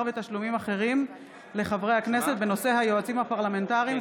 ותשלומים אחרים לחברי הכנסת בנושא: היועצים הפרלמנטריים,